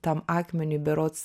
tam akmeniui berods